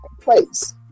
place